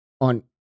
on